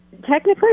technically